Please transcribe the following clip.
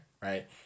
right